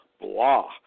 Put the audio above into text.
blah